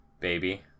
Baby